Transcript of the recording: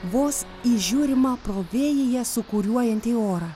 vos įžiūrimą pro vėjyje sūkuriuojantį orą